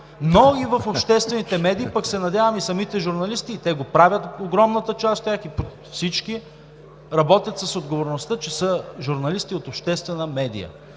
но и в обществените медии се надявам и самите журналисти, и те го правят – огромната част от тях, всички работят с отговорността, че са журналисти от обществена медия.